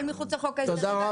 אבל מחוץ לחוק ההסדרים.